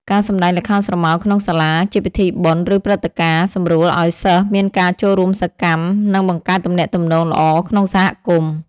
ការសម្តែងល្ខោនស្រមោលក្នុងសាលា ជាពិធីបុណ្យ ឬព្រឹត្តិការណ៍ សំរួលឲ្យសិស្សមានការចូលរួមសកម្ម និងបង្កើតទំនាក់ទំនងល្អក្នុង សហគមន៍។